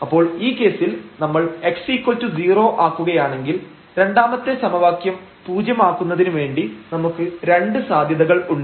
അപ്പോൾ ഈ കേസിൽ നമ്മൾ x0 ആക്കുകയാണെങ്കിൽ രണ്ടാമത്തെ സമവാക്യംപൂജ്യം ആക്കുന്നതിനു വേണ്ടി നമുക്ക് രണ്ട് സാധ്യതകൾ ഉണ്ട്